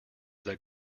that